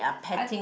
I